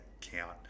count